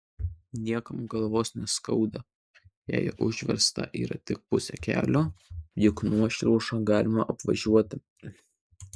niekam galvos neskauda jei užversta yra tik pusė kelio juk nuošliaužą galima apvažiuoti